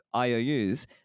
IOUs